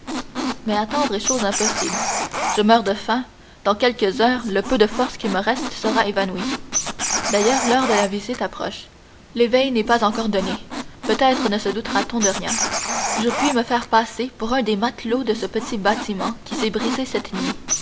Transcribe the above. mais attendre est chose impossible je meurs de faim dans quelques heures le peu de forces qui me reste sera évanoui d'ailleurs l'heure de la visite approche l'éveil n'est pas encore donné peut-être ne se doutera t on de rien je puis me faire passer pour un des matelots de ce petit bâtiment qui s'est brisé cette nuit